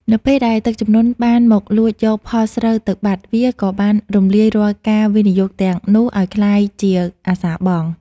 នៅពេលដែលទឹកជំនន់បានមកលួចយកផលស្រូវទៅបាត់ វាក៏បានរំលាយរាល់ការវិនិយោគទាំងនោះឱ្យក្លាយជាអាសាបង់។